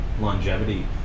longevity